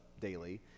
daily